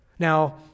Now